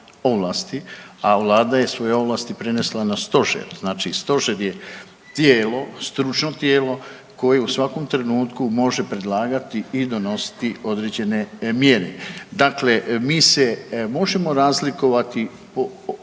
ovlasti, a vlada je svoje ovlasti prenesla na stožer. Znači stožer je tijelo, stručno tijelo koje u svakom trenutku može predlagati i donositi određene mjere. Dakle, mi se možemo razlikovati u